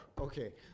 okay